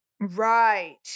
Right